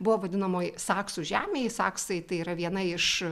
buvo vadinamoji saksų žemė saksai tai yra viena iš